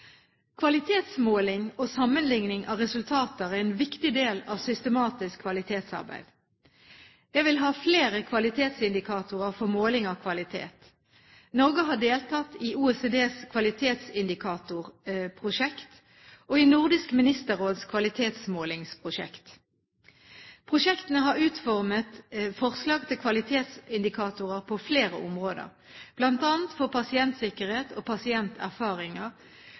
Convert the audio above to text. Kvalitetsmåling og sammenligning av resultater er en viktig del av systematisk kvalitetsarbeid. Jeg vil ha flere kvalitetsindikatorer for måling av kvalitet. Norge har deltatt i OECDs kvalitetsindikatorprosjekt og i Nordisk Ministerråds kvaltitetsmålingsprosjekt. Prosjektene har utformet forslag til kvalitetsindikatorer på flere områder, bl.a. for pasientsikkerhet og pasienterfaringer,